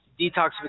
detoxification